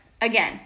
again